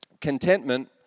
contentment